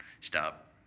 stop